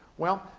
well,